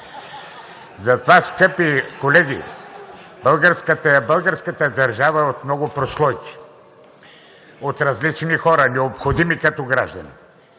Затова, скъпи колеги, българската държава е от много прослойки, от различни хора, необходими като граждани.